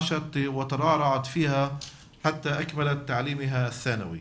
היא חיה וגדלה שם עד סיום לימודיה לתיכון.